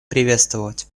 приветствовать